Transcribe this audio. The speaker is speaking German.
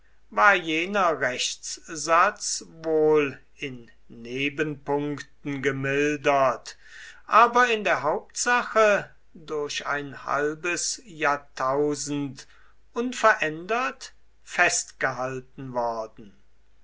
war jener rechtssatz wohl in nebenpunkten gemildert aber in der hauptsache durch ein halbes jahrtausend unverändert festgehalten worden